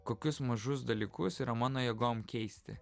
kokius mažus dalykus yra mano jėgom keisti